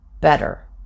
better